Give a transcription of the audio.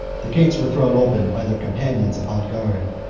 the gates were thrown open by their companions upon guard,